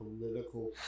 political